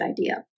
idea